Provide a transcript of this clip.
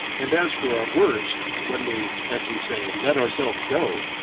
and as for our worst, when we as we say let ourselves go,